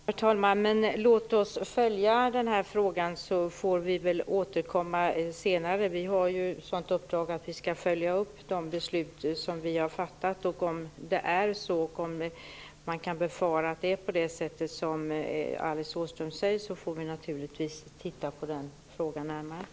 Herr talman! Låt oss följa frågan så får vi återkomma senare. Vi har ju ett sådant uppdrag att vi skall följa upp de beslut vi har fattat. Om vi kan befara att det blir som Alice Åström säger, får vi naturligtvis titta litet närmare på den frågan.